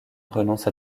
renonce